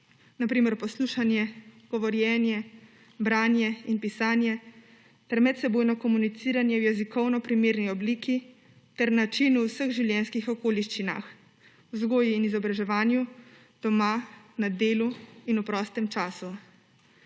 na primer poslušanje, govorjenje, branje in pisanje ter medsebojno komuniciranje v jezikovno primerni obliki ter načinu vseh življenjskih okoliščinah, vzgoji in izobraževanju, doma, na delu in v prostem času.